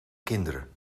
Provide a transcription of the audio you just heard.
kinderen